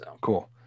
Cool